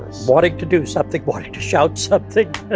but to do something, wanting to shout something.